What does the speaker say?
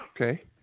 Okay